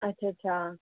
अच्छ अच्छा